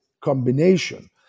combination